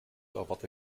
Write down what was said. erwarte